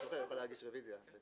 להגיש רביזיה.